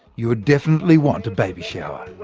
you would definitely want a baby shower